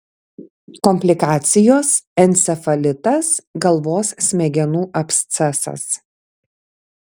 komplikacijos encefalitas galvos smegenų abscesas